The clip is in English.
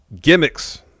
gimmicks